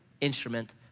instrument